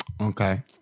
okay